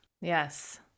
Yes